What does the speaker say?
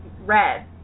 red